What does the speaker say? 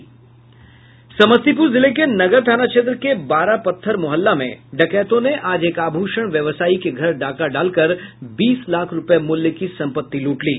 समस्तीपुर जिले के नगर थाना क्षेत्र के बारह पत्थर मुहल्ला में डकैतों ने आज एक आभूषण व्यवसायी के घर डाका डालकर बीस लाख रुपये मूल्य की संपत्ति लूट ली